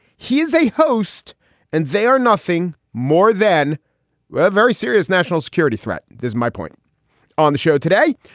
he is a host and they are nothing more than very serious national security threat. there's my point on the show today.